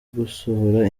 gusohora